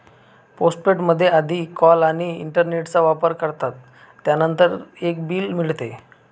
postpaid मध्ये आधी call आणि इंटरनेटचा वापर करतात, त्यानंतर एक बिल मिळते